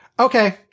Okay